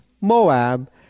Moab